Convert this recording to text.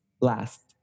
last